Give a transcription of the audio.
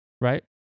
right